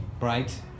right